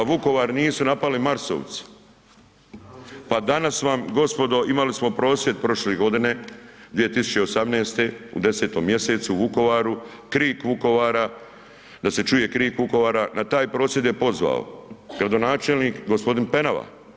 Pa Vukovar nisu napali marsovci, pa danas vam, gospodo, imali smo prosvjed prošle godine, 2018. u 10. mj. u Vukovaru, krik Vukovara, da se čuje krik Vukovara, na taj prosvjed je pozvao gradonačelnik g. Penava.